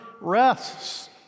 rests